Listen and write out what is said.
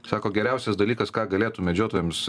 sako geriausias dalykas ką galėtų medžiotojams